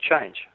change